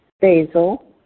basil